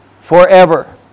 forever